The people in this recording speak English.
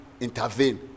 intervene